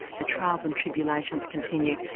the trials and tribulations continue.